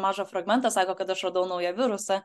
mažą fragmentą sako kad aš radau naują virusą